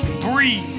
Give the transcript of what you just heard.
Breathe